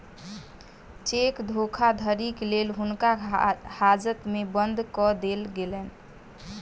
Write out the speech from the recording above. cheque धोखाधड़ीक लेल हुनका हाजत में बंद कअ देल गेलैन